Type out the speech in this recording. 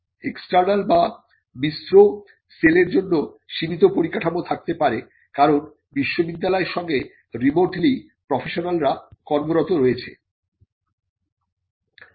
external বা মিশ্র cell এর জন্য সীমিত পরিকাঠামো থাকতে পারে কারণ বিশ্ববিদ্যালয়ের সঙ্গে রিমোটলি প্রফেশনালরা কর্মরত রয়েছে